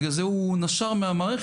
בגלל זה הוא נשר מהמערכת,